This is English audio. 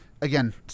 Again